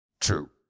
True